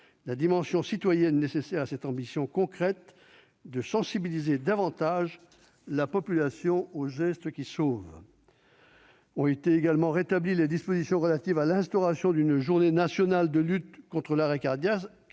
la dimension citoyenne nécessaire pour réaliser cette ambition concrète de sensibiliser davantage la population aux gestes qui sauvent. Ont également été rétablies les dispositions relatives à l'instauration d'une journée nationale de lutte contre l'arrêt cardiaque,